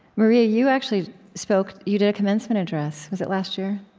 maria, you actually spoke you did a commencement address, was it last year?